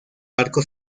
barco